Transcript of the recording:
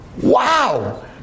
Wow